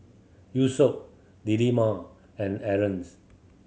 Yusuf Delima and Aarons